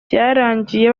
byarangiye